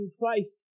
Christ